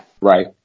Right